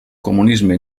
comunisme